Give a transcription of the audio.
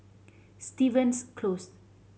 Stevens Close